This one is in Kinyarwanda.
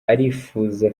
arifuza